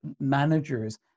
managers